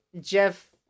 Jeff